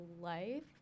life